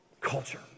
Culture